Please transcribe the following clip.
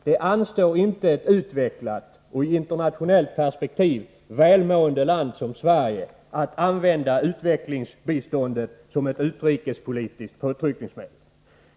Det anstår inte ett utvecklat och i internationellt perspektiv välmående land som Sverige att använda utvecklingsbiståndet som ett utrikespolitiskt påtryckningsmedel.